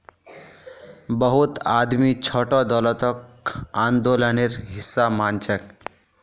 बहुत आदमी छोटो दौलतक आंदोलनेर हिसा मानछेक